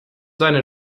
seine